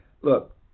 look